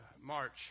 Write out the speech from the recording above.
March